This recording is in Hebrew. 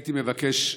הייתי מבקש,